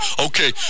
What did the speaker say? okay